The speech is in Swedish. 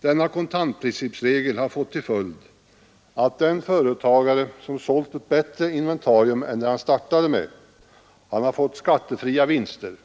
Denna kontantprincipsregel har fått till följd, att den företagare som sålde ett bättre inventarium än det han startade med har fått skattefria vinster,